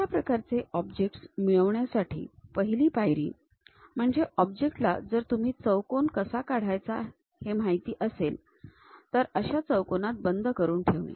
अशा प्रकारचे ऑब्जेक्टस मिळवण्यासाठी पहिली पायरी म्हणजे ऑब्जेक्ट ला जर तुम्हाला चौकोन कसा काढायचा माहित असेल तर अशा चौकोनात बंद करून ठेवणे